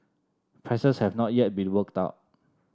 prices have not yet been worked out